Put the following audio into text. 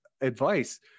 advice